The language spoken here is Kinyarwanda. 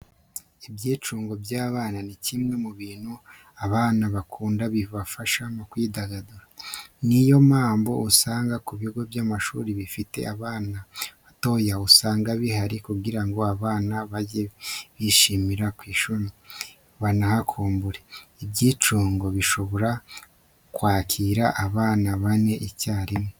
Ibyicungo by'abana ni kimwe mu bintu abana bakunda kibafasha mu kwidagadura. Ni yo mpamvu usanga ku bigo by'amashuri bifite abana batoya usanga bihari kugira ngo abana bajye bishimira ku ishuri, banahakumbure. Ibyicungo bishobora kwakira abana bane icyarimwe.